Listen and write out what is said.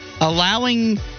allowing